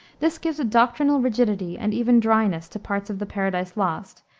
this gives a doctrinal rigidity and even dryness to parts of the paradise lost,